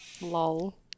Lol